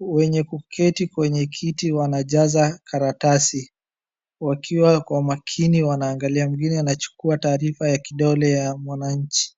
Wenye kuketi kwenye kiti wanajaza karatasi wakiwa kwa makini wanaangalia mwingine anachukua taarifa ya kidole ya mwananchi.